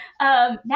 now